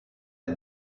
est